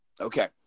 Okay